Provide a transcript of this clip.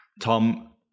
Tom